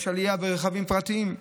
יש עלייה ברכבים פרטיים,